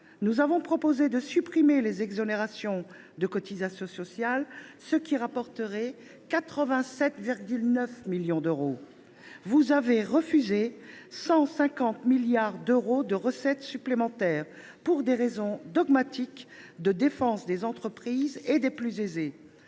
nous avons proposé de supprimer les exonérations de cotisations sociales, ce qui rapporterait 87,9 milliards d’euros. Vous avez refusé 150 milliards d’euros de recettes supplémentaires, pour des raisons dogmatiques de défense des entreprises et des plus aisés.